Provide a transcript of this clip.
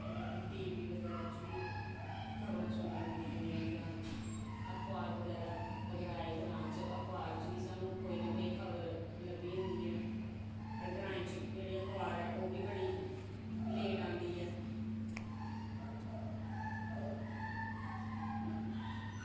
ते होर टीवी बगैरा च बी खबरां सुनने गी मिली जंदियां जां अखबार बगैरा अगर आए ग्रांऽ च ते अखबार बगैरा च बी स्हानू खबर लब्भी जंदी ऐ ते ग्राएं च जेह्ड़ी अखबार ऐ ओह्बी बड़ी लेट आंदी ऐ